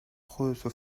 خودتو